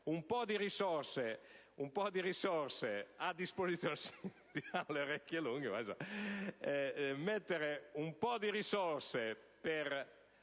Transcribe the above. un po' di risorse a disposizione